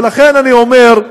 ולכן, אני אומר,